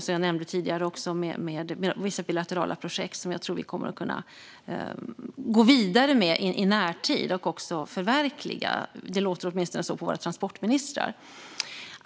Som jag nämnde tidigare håller vi nu på med vissa bilaterala projekt som jag tror att vi kommer att kunna gå vidare med i närtid och också förverkliga. Det låter åtminstone så på våra transportministrar.